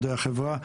מדעי החברה,